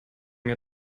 mir